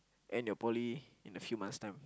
end your poly in a few months time